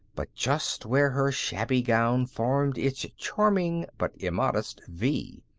but just where her shabby gown formed its charming but immodest v.